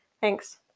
Thanks